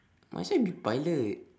might as well be pilot